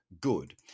good